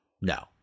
no